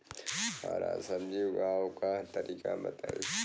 हरा सब्जी उगाव का तरीका बताई?